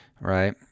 right